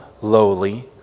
lowly